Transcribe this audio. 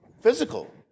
Physical